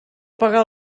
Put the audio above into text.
pagar